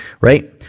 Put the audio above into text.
right